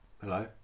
Hello